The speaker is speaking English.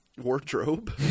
Wardrobe